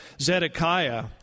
Zedekiah